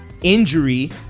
injury